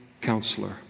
counselor